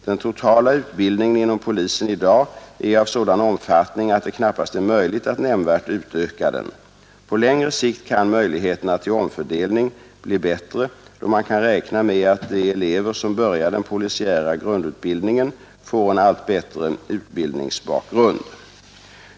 Den totala utbildningen inom polisen i dag är av sådan omfattning att det knappast är möjligt att nämnvärt utöka den. På längre sikt kan möjligheterna till omfördelning bli bättre då man kan räkna med att de elever som börjar den polisiära grundutbildningen får en allt bättre utbildningsbakgrund.